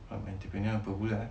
entrepreneur apa pula eh